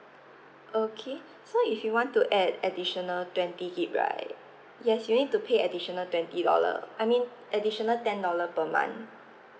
okay so if you want to add additional twenty gig right yes you need to pay additional twenty dollar I mean additional ten dollar per month